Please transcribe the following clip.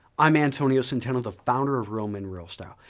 i'm antonio centeno, the founder of real men real style.